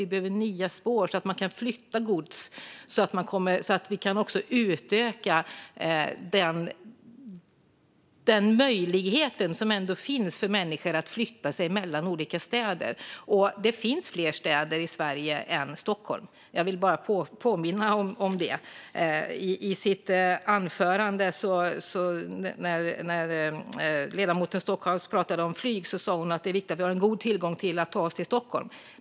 Vi behöver nya spår, så att det går att flytta gods och så att vi kan utöka den möjlighet som finns för människor att förflytta sig mellan olika städer. Det finns fler städer i Sverige än Stockholm; jag vill bara påminna om det. När ledamoten Stockhaus i sitt anförande pratade om flyg sa hon att det är viktigt att vi har god tillgång till att ta oss till Stockholm.